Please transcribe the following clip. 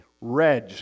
Reg